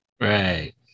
Right